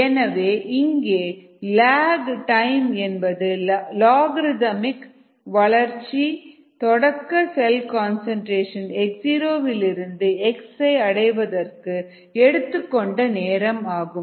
எனவே இங்கே log time என்பது லோகரித்மிக் வளர்ச்சியில் தொடக்க செல் கான்சன்ட்ரேசன் x0 விலிருந்து x ஐ அடைவதற்கு எடுத்துக்கொண்ட நேரம் ஆகும்